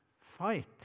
fight